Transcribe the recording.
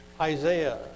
Isaiah